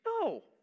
No